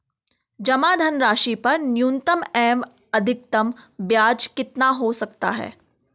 जमा धनराशि पर न्यूनतम एवं अधिकतम ब्याज कितना हो सकता है?